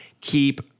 keep